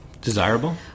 Desirable